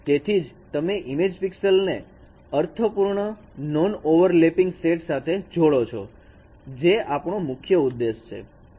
તેથી જ તમે ઈમેજ પિક્સેલ ને અર્થપૂર્ણ નોન ઓવરલેપિંગ સેટ સાથે જોડે છે જે આપણો મુખ્ય ઉદ્દેશ છે